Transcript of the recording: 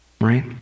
right